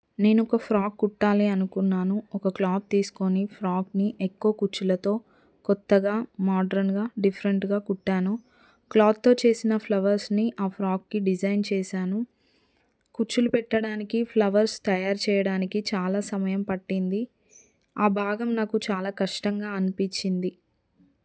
నేను ఒక ఫ్రాక్ కుట్టాలి అనుకున్నాను ఒక క్లాత్ తీసుకొని ఫ్రాక్ని ఎక్కువ కుచ్చులతో కొత్తగా మోడరన్గా డిఫరెంట్గా కుట్టాను క్లాత్తో చేసిన ఫ్లవర్స్ని ఆ ఫ్రాక్కి డిజైన్ చేశాను కుచ్చులు పెట్టడానికి ఫ్లవర్స్ తయారు చేయడానికి చాలా సమయం పట్టింది ఆ భాగం నాకు చాలా కష్టంగా అనిపించింది